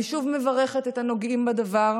אני שוב מברכת את כל הנוגעים בדבר,